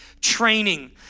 training